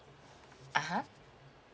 ah ha